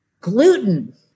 gluten